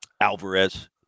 Alvarez